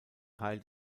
teil